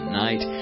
night